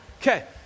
Okay